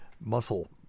muscle